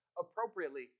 appropriately